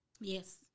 Yes